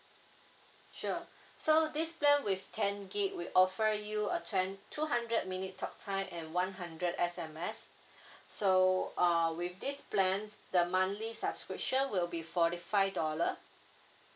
sure so this plan with ten gb we offer you a twen~ two hundred minute talk time and one hundred S_M_S so uh with this plans the monthly subscription will be forty five dollar